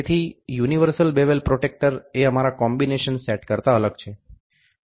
તેથી universal bevel protractor એ અમારા કોમ્બિનેશન સેટ કરતાં અલગ છે